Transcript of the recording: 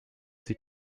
sich